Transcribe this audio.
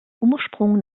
ursprung